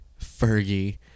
Fergie